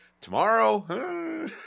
Tomorrow